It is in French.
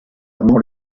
amand